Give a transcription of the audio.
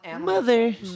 Mother